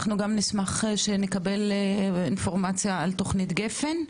אנחנו גם נשמח שנקבל אינפורמציה על תוכנית "גפן",